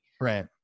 Right